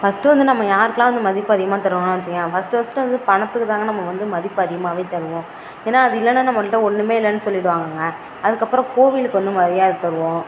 first வந்து நம்ம யாருக்குலாம் வந்து மதிப்பு அதிகமாக தரோமோ வச்சுக்கியான் ஃபர்ஸ்ட் ஃபர்ஸ்ட்டு வந்து பணத்துக்கு தாங்க நம்ம மதிப்பு அதிகமாகவே தருவோம் ஏன்னால் அது இல்லைனா நம்மகிட்ட எதுவுமே இல்லைனு சொல்லிவிடுவாங்கங்க அதுக்கு அப்புறம் கோவிலுக்கு வந்து மரியாதை தருவோம்